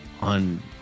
on